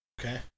Okay